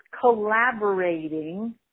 collaborating